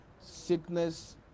Sickness